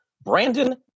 Brandon